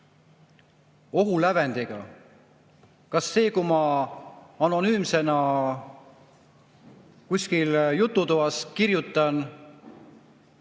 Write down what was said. ohulävendiga: kas see, kui ma anonüümsena kuskil jututoas kirjutan